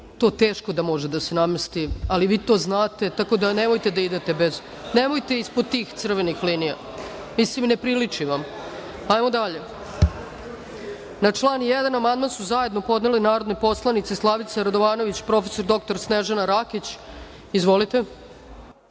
To teško da može da se namesti, ali vi to znate, tako da nemojte da idete ispod tih crvenih linija. Mislim, ne priliči vam. Na član 1. amandman su zajedno podnele narodne poslanice Slavica Radovanović i prof. dr Snežana Rakić. Izvolite.